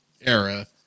era